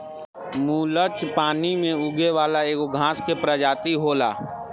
मुलच पानी में उगे वाला एगो घास के प्रजाति होला